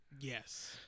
yes